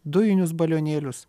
dujinius balionėlius